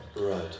Right